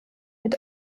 mit